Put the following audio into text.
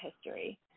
history